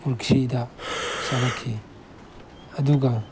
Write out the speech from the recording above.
ꯄꯨꯈ꯭ꯔꯤꯗ ꯆꯠꯂꯛꯈꯤ ꯑꯗꯨꯒ